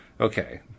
Okay